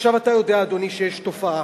עכשיו אתה יודע, אדוני, שיש תופעה,